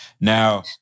Now